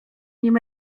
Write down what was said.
nim